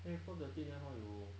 then the floor dirty then how you